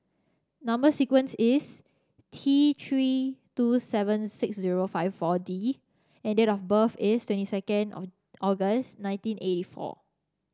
number sequence is T Three two seven six zero five four D and date of birth is twenty second of August nineteen eighty four